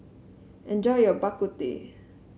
enjoy your Bak Kut Teh